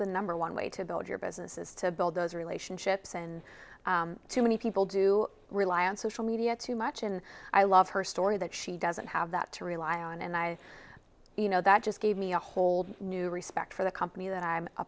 the number one way to build your business is to build those relationships and too many people do rely on social media too much and i love her story that she doesn't have that to rely on and i you know that just gave me a whole new respect for the company that i'm a